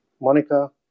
Monica